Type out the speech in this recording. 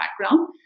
background